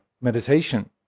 meditation